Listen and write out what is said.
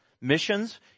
missions